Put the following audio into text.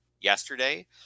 yesterday